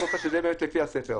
את רוצה שזה יהיה באמת לפי הספר.